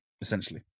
essentially